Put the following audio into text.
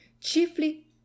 chiefly